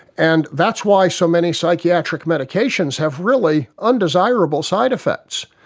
and that's why so many psychiatric medications have really undesirable side effects.